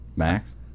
Max